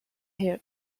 her